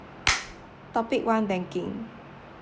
topic one banking